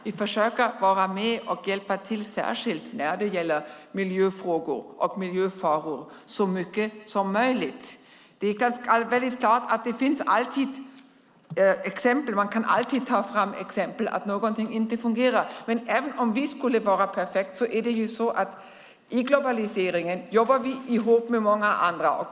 Vi försöker att vara med och hjälpa till så mycket som möjligt särskilt vid miljöfrågor och miljöfaror. Det är klart att man alltid kan ta fram exempel på att någonting inte fungerar. Men även om vi skulle vara perfekta jobbar vi i globaliseringen ihop med många andra.